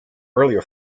earlier